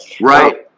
right